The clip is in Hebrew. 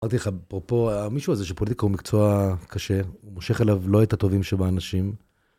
אמרתי לך, אפרופו, מישהו הזה שפוליטיקה הוא מקצוע קשה, הוא מושך אליו לא את הטובים של האנשים.